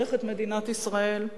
"ברך את מדינת ישראל,